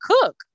cook